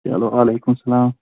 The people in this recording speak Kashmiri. چلو وعلیکم السلام